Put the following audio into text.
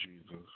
Jesus